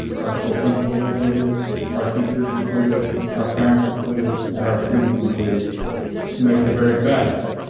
our school principals included our teachers included our parents included and our students included to make the very best.